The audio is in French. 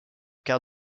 quart